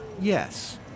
Yes